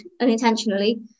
unintentionally